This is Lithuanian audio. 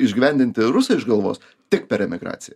išgyvendinti rusą iš galvos tik per emigraciją